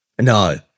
No